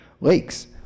lakes